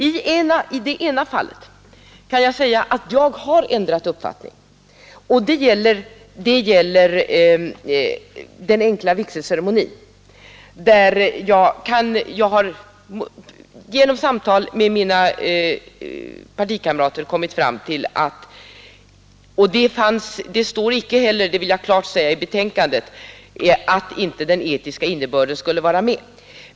I det ena fallet har jag ändrat uppfattning, och det gäller den 81 förenklade borgerliga vigselceremonin, där jag genom samtal med mina partikamrater kommit fram till — det står inte heller i betänkandet — att den etiska innebörden skulle vara med.